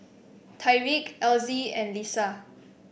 Tyreek Elzie and Lissa